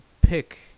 pick